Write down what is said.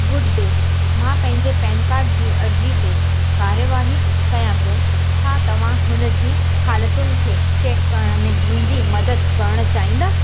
good day मां पंहिंजे PAN card जी अर्ज़ी ते कार्यवाही कयां पियो छा तव्हां हुन जी हालतुनि खे चेक करण में मुंहिंजी मदद करण चाहिंदा